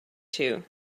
two